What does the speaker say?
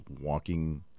walking